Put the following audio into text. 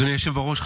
אדוני היושב בראש,